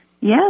Yes